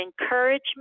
encouragement